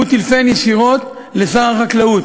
טלפן ישירות לשר החקלאות.